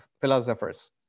philosophers